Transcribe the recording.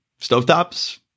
stovetops